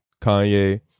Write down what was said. Kanye